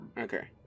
Okay